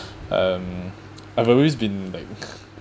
um I've always been like